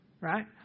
right